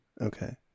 Okay